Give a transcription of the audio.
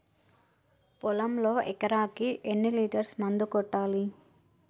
పొలంలో ఎకరాకి ఎన్ని లీటర్స్ మందు కొట్టాలి?